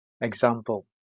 example